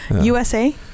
USA